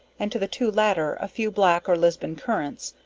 and to the two latter a few black or lisbon currants,